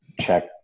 check